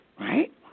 right